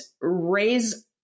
raise